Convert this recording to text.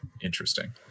Interesting